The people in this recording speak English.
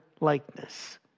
likeness